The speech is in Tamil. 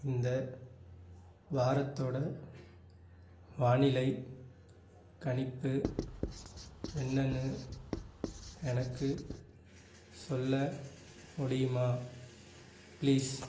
இந்த வாரத்தோடய வானிலை கணிப்பு என்னென்னு எனக்கு சொல்ல முடியுமா ப்ளீஸ்